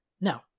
No